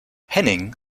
henning